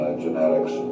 genetics